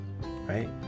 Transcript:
right